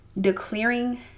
declaring